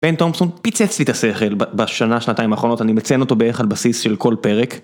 בן תומסון פיצצ לי את השכל בשנה שנתיים האחרונות, אני מציין אותו בערך על בסיס של כל פרק.